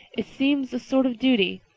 it seems a sort of duty.